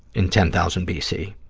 in ten thousand b. c.